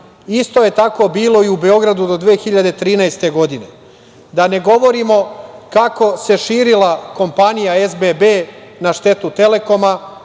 Isto je tako bilo i u Beogradu do 2013. godine, a da ne govorimo kako se širila kompanija SBB na štetu Telekoma,